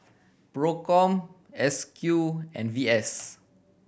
Procom S Q and V S